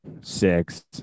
six